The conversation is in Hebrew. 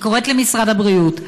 אני קוראת למשרד הבריאות,